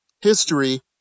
history